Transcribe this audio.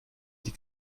die